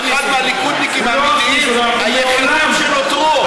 ריבלין אחד מהליכודניקים האמיתיים היחידים שנותרו.